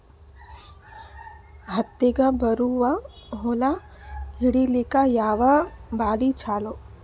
ಹತ್ತಿಗ ಬರುವ ಹುಳ ಹಿಡೀಲಿಕ ಯಾವ ಬಲಿ ಚಲೋ?